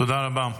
תודה רבה.